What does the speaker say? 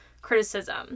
criticism